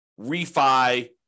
refi